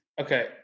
Okay